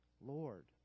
Lord